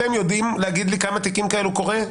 אתם יודעים להגיד לי בכמה תיקים כאלה זה קורה?